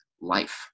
life